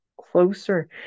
closer